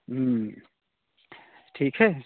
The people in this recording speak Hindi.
ठीक है